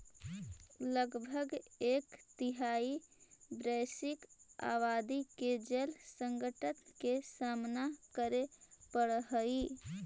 लगभग एक तिहाई वैश्विक आबादी के जल संकट के सामना करे पड़ऽ हई